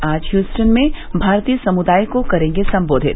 आज हयूस्टन में भारतीय समुदाय को करेंगे संबोधित